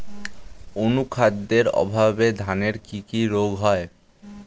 অনুখাদ্যের অভাবে ধানের কি কি রোগ হয়?